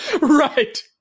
Right